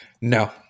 No